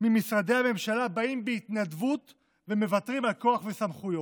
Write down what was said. ממשרדי הממשלה באים בהתנדבות ומוותרים על כוח וסמכויות.